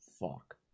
fuck